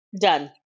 Done